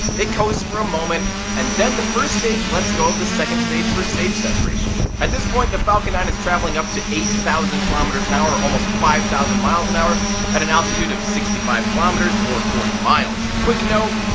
it coasts for a moment and then the first stage lets go of the second stage for stage separation. at this point the falcon nine is traveling up to eight thousand kilometers an hour or almost five thousand miles an hour at an altitude of sixty five kilometers or forty miles. quick note,